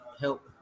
help